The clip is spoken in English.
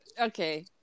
okay